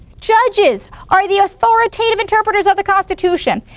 judges are the authoritative interpreters of the constitution.